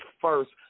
first